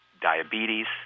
diabetes